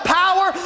power